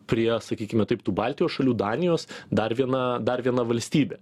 prie sakykime taip tų baltijos šalių danijos dar viena dar viena valstybė